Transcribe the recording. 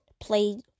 Played